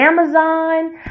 Amazon